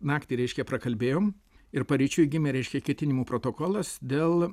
naktį reiškia prakalbėjom ir paryčiui gimė reiškia ketinimų protokolas dėl